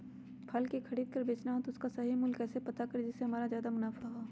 फल का खरीद का बेचना हो तो उसका सही मूल्य कैसे पता करें जिससे हमारा ज्याद मुनाफा हो?